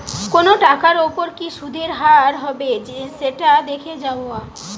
কোনো টাকার ওপর কি সুধের হার হবে সেটা দেখে যাওয়া